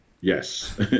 Yes